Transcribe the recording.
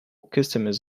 customers